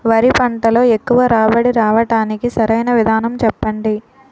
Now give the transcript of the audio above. వరి పంటలో ఎక్కువ రాబడి రావటానికి సరైన విధానం చెప్పండి?